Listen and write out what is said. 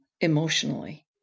emotionally